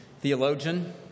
theologian